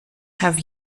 have